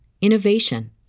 innovation